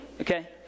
okay